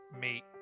meet